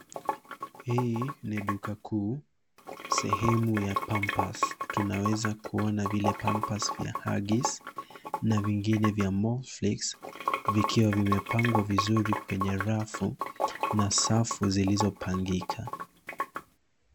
Hii ni duka kuu sehemu ya pampers tunaweza kuona vile Pampers vya huggies na zingine za Molfix zikiwa zimepangwa vizuri kwenye rafu na safu zilizopangika.